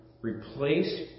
Replace